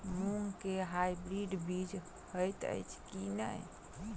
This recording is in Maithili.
मूँग केँ हाइब्रिड बीज हएत अछि की नै?